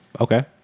okay